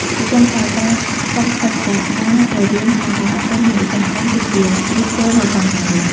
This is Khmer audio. ជាចុងក្រោយ ការខ្វះកិច្ចសហការរវាងស្ថាប័នអប់រំ និងឧស្សាហកម្ម គឺជាឫសគល់នៃបញ្ហានេះ។